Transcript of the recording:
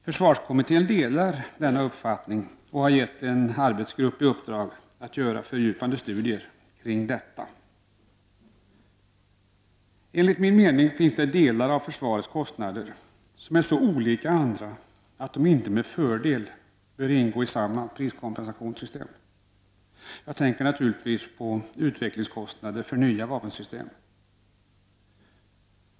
Försvarskommittén delar denna uppfattning och har gett en arbetsgrupp i uppdrag att göra fördjupade studier kring detta. Enligt min mening finns det delar av försvarets kostnader som är så olika andra att de inte med fördel bör ingå i samma priskompensationssystem. Jag tänker naturligtvis på utvecklingskostnader för nya vapensystem.